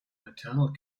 maternal